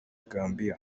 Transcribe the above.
gambia